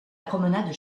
promenade